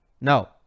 No